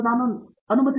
ಪ್ರತಾಪ್ ಹರಿಡೋಸ್ ಸರಿ